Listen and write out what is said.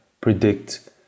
predict